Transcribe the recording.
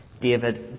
David